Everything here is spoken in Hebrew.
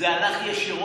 יש בעיה,